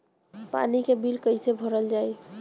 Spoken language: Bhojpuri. पानी के बिल कैसे भरल जाइ?